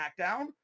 SmackDown